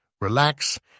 relax